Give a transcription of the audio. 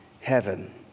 heaven